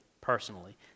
personally